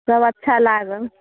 सब अच्छा लागल